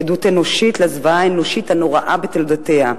עדות אנושית לזוועה האנושית הנוראה בתולדותיה.